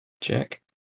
check